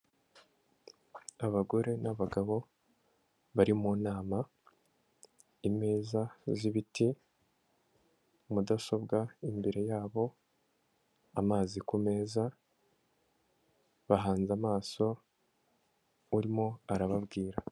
Abagore n'abagabo bari mu nama, imeza z'ibiti, mudasobwa imbere yabo, amazi ku meza, bahanze amaso urimo arababwira.